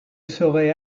serait